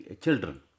children